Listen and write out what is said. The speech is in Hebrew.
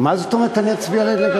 מה זאת אומרת, אני אצביע נגד?